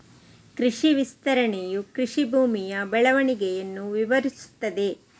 ಕೃಷಿ ವಿಸ್ತರಣೆಯು ಕೃಷಿ ಭೂಮಿಯ ಬೆಳವಣಿಗೆಯನ್ನು ವಿವರಿಸುತ್ತದೆ